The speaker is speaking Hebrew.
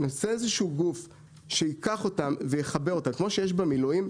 נעשה איזשהו גוף שייקח אותם ויחבר אותם כמו שיש במילואים.